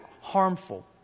harmful